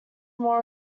more